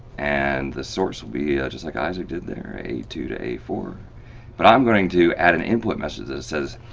and the source will be here yeah just like isaac did there, a two to a four but i'm going to add an input message that says,